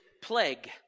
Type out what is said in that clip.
plague